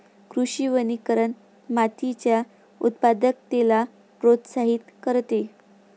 कृषी वनीकरण मातीच्या उत्पादकतेला प्रोत्साहित करते